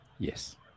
Yes